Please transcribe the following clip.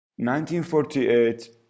1948